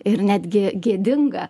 ir netgi gėdinga